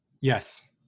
Yes